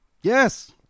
Yes